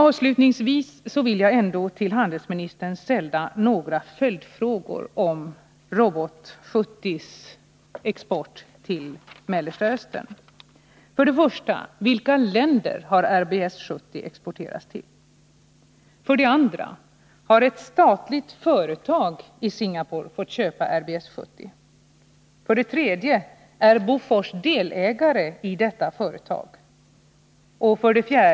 Avslutningsvis vill jag ändå till handelsministern ställa några följdfrågor om export av Robot 70 till Mellersta Östern. 1. Till vilka länder har RBS 70 exporterats? 2. Har ett statligt företag i Singapore fått köpa RBS 70? 3. Är Bofors delägare i detta företag? 4.